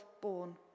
born